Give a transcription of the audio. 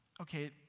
Okay